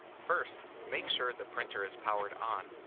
first, make sure the printer is powered on.